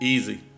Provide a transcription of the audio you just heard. Easy